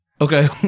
Okay